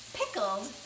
pickled